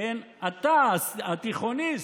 התיכוניסט,